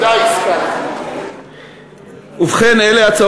כי הנושא הבא בסדר-היום זה התנגדות של כמה מסיעות